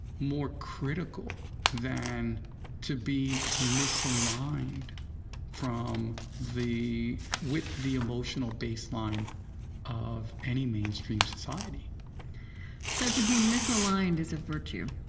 more critical than to be misaligned from the with the emotional baseline of any mainstream society so to be misaligned is a virtue,